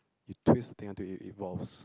you twist then until it evolves